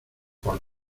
por